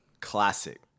classic